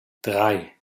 drei